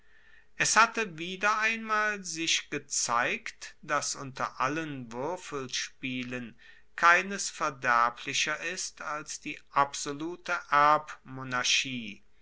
es hatte wieder einmal sich gezeigt dass unter allen wuerfelspielen keines verderblicher ist als die absolute erbmonarchie